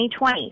2020